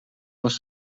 was